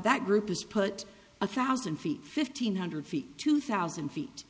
that group is put a thousand feet fifteen hundred feet two thousand feet